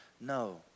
no